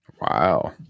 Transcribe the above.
Wow